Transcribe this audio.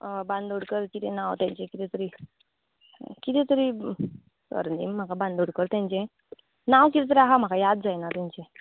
अ बांदोडकर कितें नांव तेंचें कितें तरी कितें तरी सरनेम म्हाका बांदोडकर तेंजें नांव कितें तरी आहा म्हाका याद जायना तेंचें